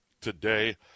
today